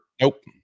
Nope